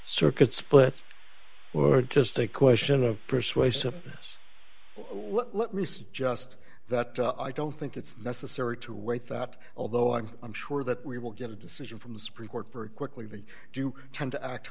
circuit split or just a question of persuasive us let me say just that i don't think it's necessary to wait that although i'm i'm sure that we will get a decision from the supreme court very quickly they do tend to act